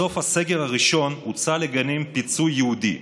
בסוף הסגר הראשון הוצע לגנים פיצוי ייעודי.